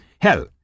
Hell